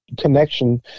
connection